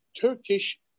Turkish